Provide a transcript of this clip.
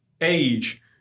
age